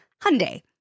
Hyundai